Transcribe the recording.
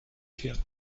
kehrt